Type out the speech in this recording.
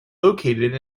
located